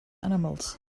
animals